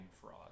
fraud